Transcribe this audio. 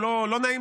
לא נעים,